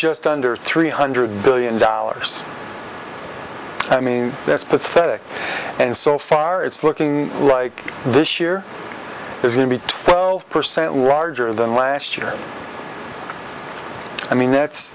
just under three hundred billion dollars i mean that's pathetic and so far it's looking like this year is going to be twelve percent larger than last year i mean that's